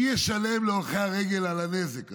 מי ישלם להולכי הרגל על הנזק הזה?